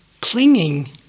clinging